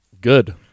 Good